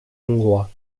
hongrois